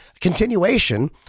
continuation